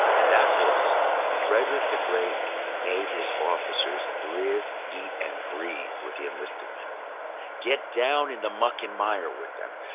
and that was frederick the great made his officers live, eat, and breathe with the enlisted men get down in the much and mire with them.